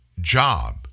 job